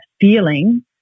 feeling